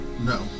No